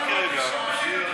רק רגע.